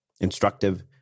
instructive